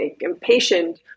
impatient